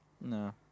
No